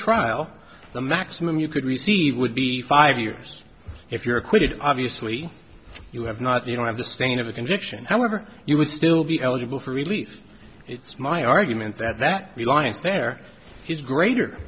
trial the maximum you could receive would be five years if you're acquitted obviously you have not you don't have the stain of a conviction however you would still be eligible for release it's my argument that that reliance there is greater